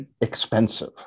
expensive